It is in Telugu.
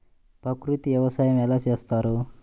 ప్రకృతి వ్యవసాయం ఎలా చేస్తారు?